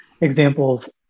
Examples